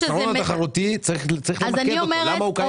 צריך להתמקד בחיסרון התחרותי, למה הוא קיים.